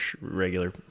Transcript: regular